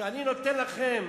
שאני נותן לכם